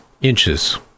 inches